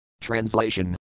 Translation